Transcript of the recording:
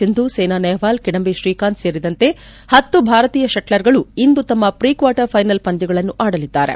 ಸಿಂಧು ಸ್ಟೆನಾ ನೆಹ್ವಾಲ್ ಕಿಡಂಬಿ ಶ್ರೀಕಾಂತ್ ಸೇರಿದಂತೆ ಹತ್ತು ಭಾರತೀಯ ಶೆಣ್ಶರ್ಗಳು ಇಂದು ತಮ್ಮ ಪ್ರಿ ಕ್ವಾರ್ಟರ್ ಫೈನಲ್ ಪಂದ್ಯಗಳನ್ನು ಆಡಲಿದ್ದಾರೆ